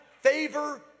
favor